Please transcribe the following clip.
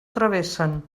travessen